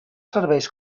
serveis